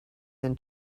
than